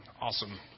Awesome